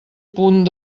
punt